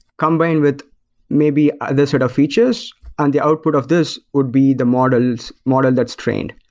combine with maybe other sort of features and the output of this would be the models models that's trained.